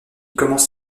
commence